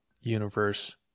universe